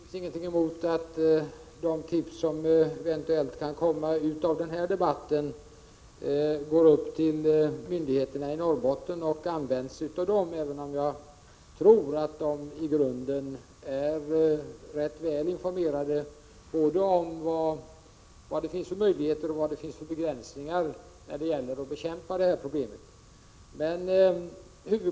Herr talman! Jag har naturligtvis ingenting emot att de tips som eventuellt kan komma fram i denna debatt lämnas till myndigheterna i Norrbotten och används där, även om jag tror att de i grunden är rätt väl informerade om både möjligheter och begränsningar när det gäller att bekämpa detta problem.